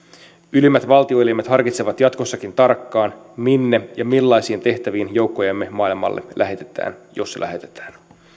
ylimmät valtioelimet harkitsevat jatkossakin tarkkaan minne ja millaisiin tehtäviin joukkojamme maailmalle lähetetään jos lähetetään